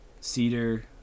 cedar